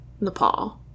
Nepal